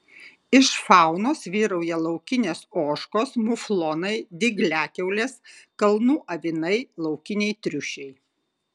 iš faunos vyrauja laukinės ožkos muflonai dygliakiaulės kalnų avinai laukiniai triušiai